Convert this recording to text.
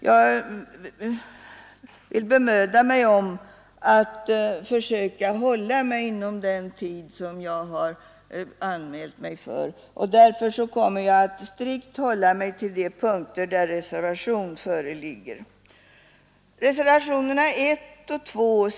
Jag vill bemöda mig om att försöka hålla mig inom den tid som jag har anmält mig för. Därför kommer jag att strikt hålla mig till de punkter där reservation föreligger.